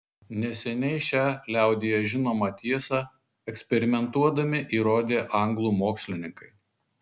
neseniai šią liaudyje žinomą tiesą eksperimentuodami įrodė anglų mokslininkai